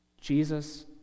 Jesus